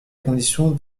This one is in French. condition